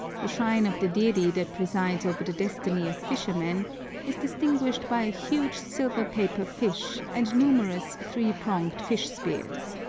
the shrine of the deity that presides over the destiny of fishermen is distinguished by a huge silver-paper fish and numerous three-pronged fish-spears.